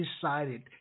decided